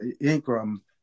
Ingram